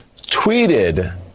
tweeted